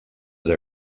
eta